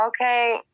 okay